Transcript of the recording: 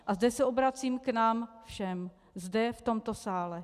A zde se obracím k nám všem zde v tomto sále.